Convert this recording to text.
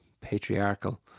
patriarchal